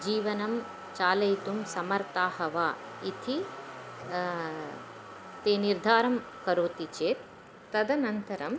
जीवनं चालयितुं समर्थाः वा इति ते निर्धारं करोति चेत् तदनन्तरं